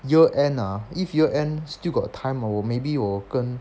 year end ah if year end still got time 我 maybe 我跟